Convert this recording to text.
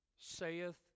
saith